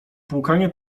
płukanie